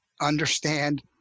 understand